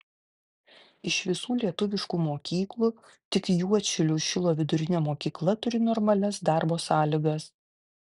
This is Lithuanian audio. iš visų lietuviškų mokyklų tik juodšilių šilo vidurinė mokykla turi normalias darbo sąlygas